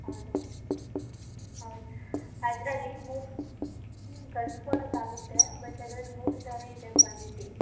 ಹೌದಾ ಹೌದು ಅದರಲ್ಲಿ ಮೂರು ಹೂಂ ಕಳ್ಸ್ಕೊಡಕ್ಕೆ ಆಗುತ್ತೆ ಬಟ್ ಅದ್ರಲ್ಲಿ ಮೂರು ಥರ ಇದೆ ಕ್ವಾಲಿಟಿ